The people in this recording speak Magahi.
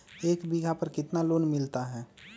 एक बीघा पर कितना लोन मिलता है?